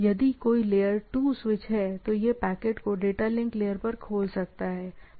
यदि कोई layer 2 switch है तो वह पैकेट को डेटा लिंक लेयर तक खोल सकता है